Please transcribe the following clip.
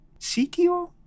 CTO